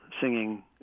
singing